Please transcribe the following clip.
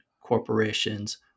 corporations